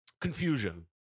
confusion